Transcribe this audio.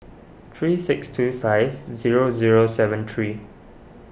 three six two five zero zero seven three